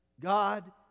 God